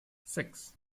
six